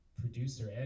producer